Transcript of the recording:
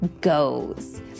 goes